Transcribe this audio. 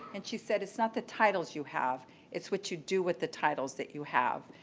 and she said, it's not the titles you have it's what you do with the titles that you have.